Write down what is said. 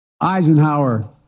Eisenhower